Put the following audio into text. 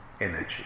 energy